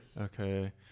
okay